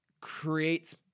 creates